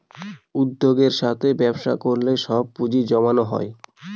উদ্যোগের সাথে ব্যবসা করলে সব পুজিঁ জমানো হয়